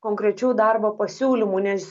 konkrečių darbo pasiūlymų nes